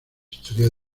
estudió